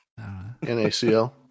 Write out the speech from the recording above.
Nacl